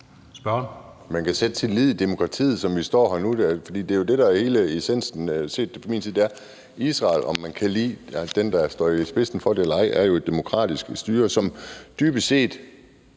Man kan sætte sin lid til demokratiet, som vi står her nu, for det er jo det, der er hele essensen set fra min side. Israel er jo – om man kan lide dem, der står i spidsen for landet eller ej – et demokratisk styre, som dybest set